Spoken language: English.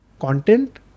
content